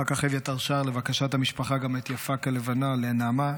אחר כך אביתר שר לבקשת משפחה גם את "יפה כלבנה" לנעמה,